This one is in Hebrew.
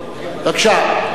בבקשה,